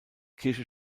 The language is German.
kirche